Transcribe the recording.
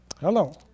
Hello